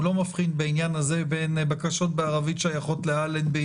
הוא לא מבחין בעניין הזה בין בקשות בערבית ששייכות לאלנבי